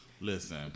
Listen